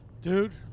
Dude